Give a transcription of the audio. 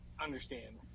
understand